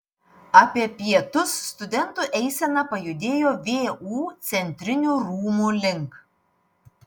apie pietus studentų eisena pajudėjo vu centrinių rūmų link